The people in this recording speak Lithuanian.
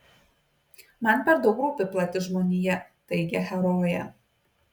man per daug rūpi plati žmonija teigia herojė